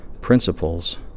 principles